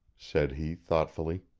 said he, thoughtfully.